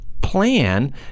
plan